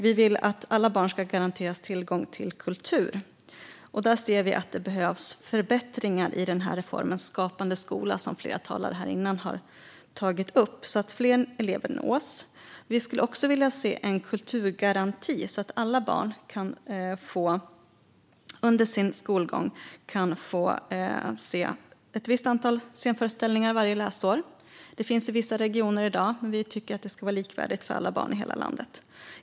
Vi vill att alla barn ska garanteras tillgång till kultur. Där ser vi att det behövs förbättringar i reformen Skapande skola, som flera talare här innan har tagit upp, så att fler elever nås. Vi skulle också vilja se en kulturgaranti så att alla barn under sin skolgång kan få se ett visst antal scenföreställningar varje läsår. Det finns i dag i vissa regioner. Vi tycker att det ska vara likvärdigt för alla barn i hela landet.